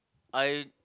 I